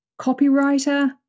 copywriter